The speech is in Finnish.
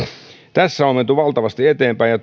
tässä on menty valtavasti eteenpäin ja